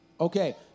Okay